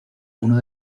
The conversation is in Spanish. uno